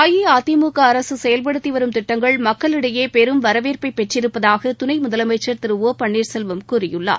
அஇஅதிமுகஅரசுசெயல்படுத்திவரும் திட்டங்கள் மக்களிடையேபெரும் வரவேற்பைபெற்றிருப்பதாகதுணைமுதலமைச்சா் திரு ஒ பன்னீர்செல்வம் கூறியுள்ளார்